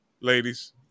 Ladies